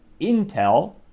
Intel